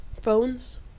phones